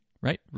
right